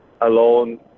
alone